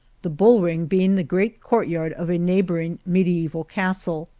the bull-ring being the great courtyard of a neighboring mediaeval castle.